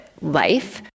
life